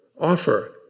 offer